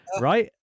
right